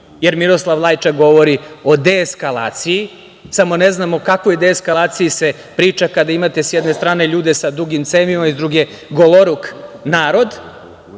jer Miroslav Lajčak govori o deeskalaciji. Samo ne znamo o kakvoj deeskalaciji se priča kada imate sa jedne strane ljude sa dugim cevima i sa druge goloruk narod.